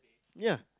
ya